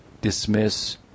dismiss